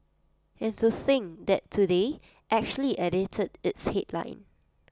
and to think that today actually edited its headline